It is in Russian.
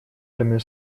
армию